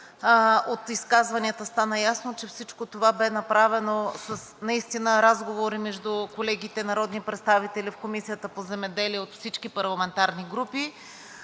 От изказванията стана ясно, че всичко това бе направено наистина с разговори между колегите народни представители в Комисията по земеделие от всички парламентарни групи.